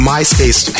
MySpace